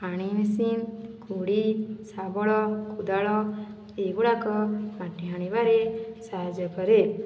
ପାଣି ମିସିନ କୁଡ଼ି ଶାବଳ କୋଦାଳ ଏଗୁଡ଼ାକ ମାଟି ହାଣିବାରେ ସାହାଯ୍ୟ କରେ